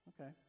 Okay